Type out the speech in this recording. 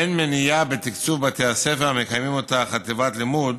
אין מניעה בתקצוב בתי הספר המקיימים את אותה חטיבת הלימוד